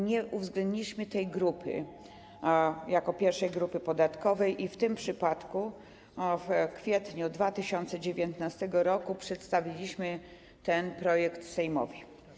Nie uwzględniliśmy tej grupy jako pierwszej grupy podatkowej i w tym przypadku w kwietniu 2019 r. przedstawiliśmy ten projekt Sejmowi.